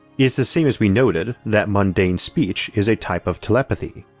it's the same as we noted that mundane speech is a type of telepathy.